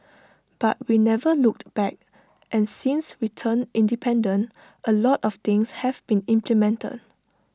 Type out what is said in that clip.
but we never looked back and since we turned independent A lot of things have been implemented